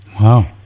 Wow